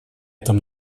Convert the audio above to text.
этом